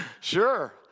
Sure